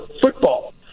football